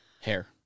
Hair